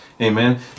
Amen